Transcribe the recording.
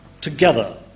together